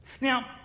Now